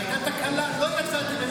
והייתה תקלה: לא יצאתם אפיקורסים,